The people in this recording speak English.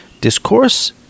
discourse